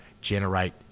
generate